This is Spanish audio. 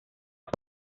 son